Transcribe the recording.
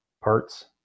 parts